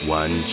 one